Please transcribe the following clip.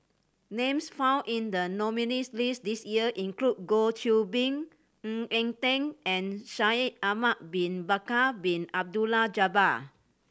names found in the nominees' list this year include Goh Qiu Bin Ng Eng Teng and Shaikh Ahmad Bin Bakar Bin Abdullah Jabbar